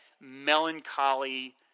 melancholy